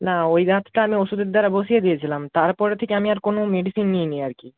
না ওই দাঁতটা আমি ওষুধের দ্বারা বসিয়ে দিয়েছিলাম তার পরে থেকে আমি আর কোনো মেডিসিন নিইনি আর কি